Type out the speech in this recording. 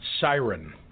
SIREN